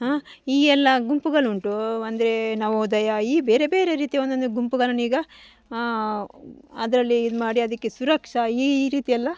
ಈ ಎಲ್ಲ ಗುಂಪುಗಳುಂಟು ಅಂದರೆ ನವೋದಯ ಈ ಬೇರೆ ಬೇರೆ ರೀತಿ ಒಂದೊಂದು ಗುಂಪುಗಳನ್ನು ಈಗ ಅದರಲ್ಲಿ ಇದು ಮಾಡಿ ಅದಕ್ಕೆ ಸುರಕ್ಷಾ ಈ ಈ ರೀತಿ ಎಲ್ಲ